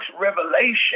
revelation